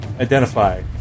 Identify